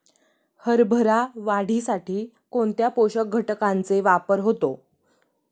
हरभरा वाढीसाठी कोणत्या पोषक घटकांचे वापर होतो?